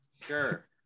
Sure